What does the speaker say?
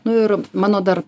nu ir mano dar